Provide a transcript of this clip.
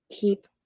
keep